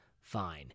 fine